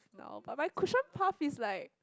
now but my cushion puff is like